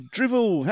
Drivel